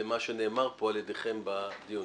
למה שנאמר פה על ידיכם בדיונים.